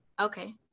Okay